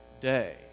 day